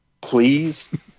please